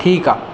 ठीकु आहे